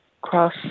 cross